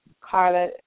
Carla